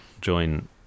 join